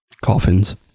Coffins